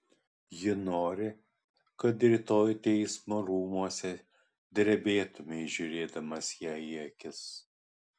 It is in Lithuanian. ji nori kad rytoj teismo rūmuose drebėtumei žiūrėdamas jai į akis